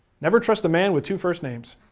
never trust a man with two first names,